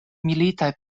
militaj